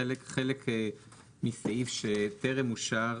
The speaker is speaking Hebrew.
חלק מסעיף שטרם אושר,